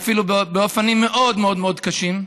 ואפילו באופנים מאוד מאוד קשים,